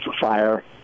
fire